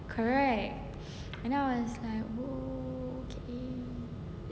correct and then I was like oh K